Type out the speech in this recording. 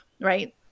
right